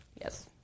Yes